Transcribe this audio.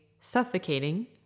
suffocating